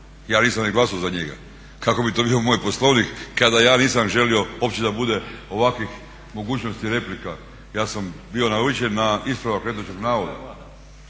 Ja nisam ni glasao za njega, kako bi to bio moj Poslovnik kada ja nisam želio uopće da bude ovakvih mogućnosti replika. Ja sam bio naučen na ispravak netočnog navoda.